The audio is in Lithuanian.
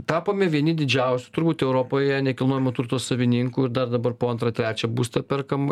tapome vieni didžiausių turbūt europoje nekilnojamo turto savininkų ir dar dabar po antrą trečią būstą perkam